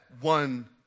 one